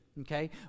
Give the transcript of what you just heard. Okay